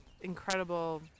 incredible